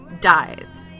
dies